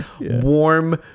warm